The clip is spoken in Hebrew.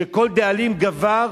שכל דאלים גבר,